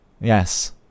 Yes